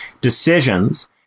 decisions